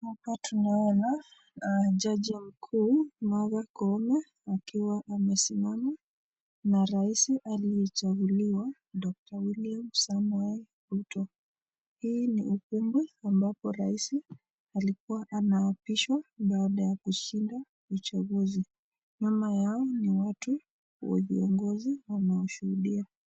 Hapa tunaona jaji mkuu, Martha Koome akiwa amesimama na raisi aliyechaguliwa, Dr. William Samoei Ruto. Hii ni ukumbi ambapo raisi alikuwa anaapishwa baada ya kushinda uchaguzi. Nyuma yao ni watu au viongozi wanaoshuhudia.